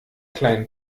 kleinen